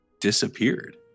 disappeared